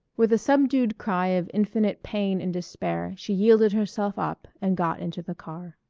with a subdued cry of infinite pain and despair she yielded herself up and got into the car.